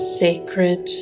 sacred